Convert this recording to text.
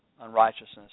unrighteousness